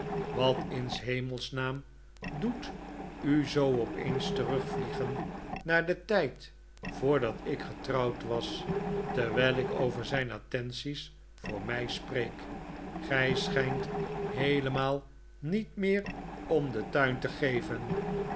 wat in s hemels naam doet u zoo opeens terugvliegen naar den tijd voordat ik getrouwd was terwijl ik over zijn attenties voor mij spreek gij schijnt heelemaal niet meer om den tuin te geven